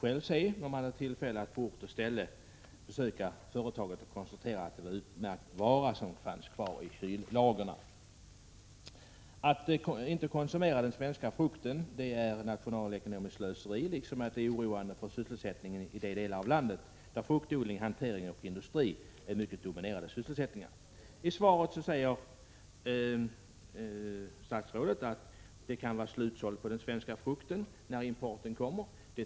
De hade tillfälle att på ort och ställe besöka företaget och konstatera att där fanns utmärkta varor kvar i kyllagren. Att inte konsumera den svenska frukten är nationalekonomiskt slöseri, och det är oroande för sysselsättningen i de delar av landet där fruktodling, hantering och industri är mycket dominerande inslag. I svaret säger statsrådet att den svenska frukten kan vara slutsåld när den importerade frukten kommer. Jag tror inte det.